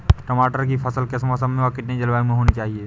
टमाटर की फसल किस मौसम व कितनी जलवायु में होनी चाहिए?